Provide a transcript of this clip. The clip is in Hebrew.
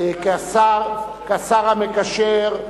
כשר המקשר,